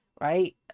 right